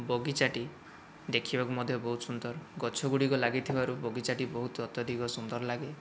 ବଗିଚାଟି ଦେଖିବାକୁ ମଧ୍ୟ ବହୁତ ସୁନ୍ଦର ଗଛ ଗୁଡ଼ିକ ଲାଗିଥିବାରୁ ବଗିଚାଟି ବହୁତ ଅତ୍ୟଧିକ ସୁନ୍ଦର ଲାଗେ